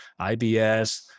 IBS